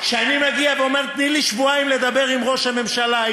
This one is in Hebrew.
שאני מגיע ואומר: תני לי שבועיים לדבר עם ראש הממשלה,